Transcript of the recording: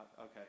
okay